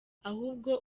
ahubwo